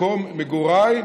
מקום מגוריי,